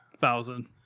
thousand